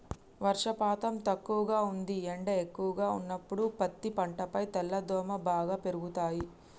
వర్షపాతం తక్కువగా ఉంది ఎండ ఎక్కువగా ఉన్నప్పుడు పత్తి పంటపై తెల్లదోమలు బాగా పెరుగుతయి